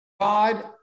God